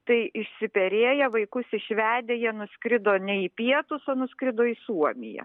tai išsiperėję vaikus išvedę jie nuskrido ne į pietus o nuskrido į suomiją